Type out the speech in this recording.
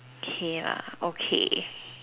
okay lah okay